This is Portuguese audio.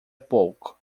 pouco